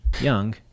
young